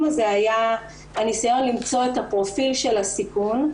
הזה היה הניסיון למצוא את הפרופיל של הסיכון,